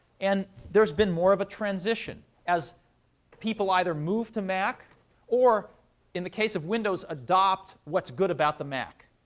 and there's been more of a transition, as people either move to mac or in the case of windows, adopt what's good about the mac.